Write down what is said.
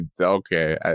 okay